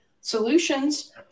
solutions